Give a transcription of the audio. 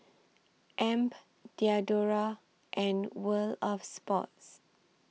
Amp Diadora and World of Sports